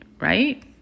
right